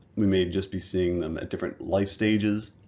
we may just be seeing them at different life stages.